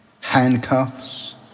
handcuffs